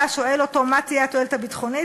שואל אותו מה תהיה התועלת הביטחונית,